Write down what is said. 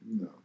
No